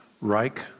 Reich